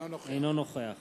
אינו נוכח